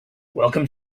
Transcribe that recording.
welcome